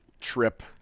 trip